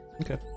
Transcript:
Okay